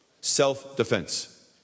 Self-defense